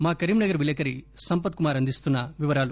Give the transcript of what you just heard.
మా కరీంనగర్ విలేకరి సంపత్ కుమార్ అందిస్తున్న వివరాలు